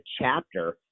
chapter